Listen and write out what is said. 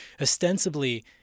Ostensibly